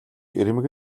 ирмэг